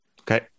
Okay